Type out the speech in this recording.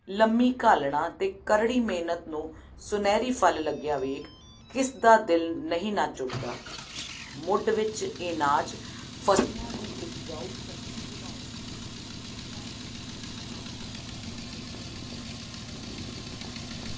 ਲੰਮੀ ਘਾਲਣਾ ਅਤੇ ਕਰੜੀ ਮਿਹਨਤ ਨੂੰ ਸੁਨਹਿਰੀ ਫਲ ਲੱਗਿਆ ਵੇਖ ਕਿਸ ਦਾ ਦਿਲ ਨਹੀਂ ਨੱਚ ਉੱਠਦਾ ਮੁੱਢ ਵਿੱਚ ਇਹ ਨਾਚ ਫਸਲਾ ਦੀ ਉਪਜਾਊ ਸ਼ਕਤੀ ਵਧਾਉਣ ਲਈ ਕੀਤੀਆਂ ਰੀਤੀ ਰਸਮਾਂ ਸਮੇਂ ਖੁੱਲ੍ਹੇ ਖੇਤਾਂ ਵਿੱਚ